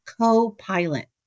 CoPilot